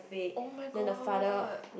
oh-my-god